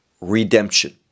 redemption